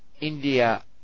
India